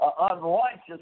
unrighteous